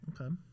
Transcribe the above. Okay